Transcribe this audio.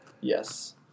Yes